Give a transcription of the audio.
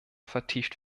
vertieft